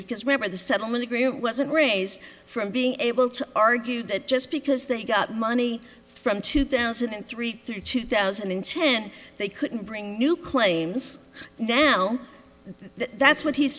because remember the settlement agreement wasn't raised from being able to argue that just because they got money from two thousand and three through two thousand and ten they couldn't bring new claims now that that's what he